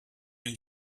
been